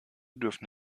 dürfen